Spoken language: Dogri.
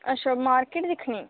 अच्छा मार्किट दिक्खनी